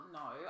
no